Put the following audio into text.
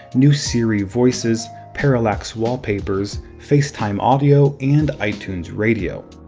new siri voices, parallax wallpapers, facetime audio, and itunes radio.